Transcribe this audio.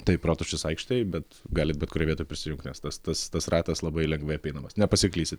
taip rotušės aikštėj bet galit bet kurioj vietoj prisijungt nes tas tas tas ratas labai lengvai apeinamas nepasiklysi